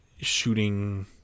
shooting